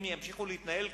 אם ימשיכו להתנהל ככה,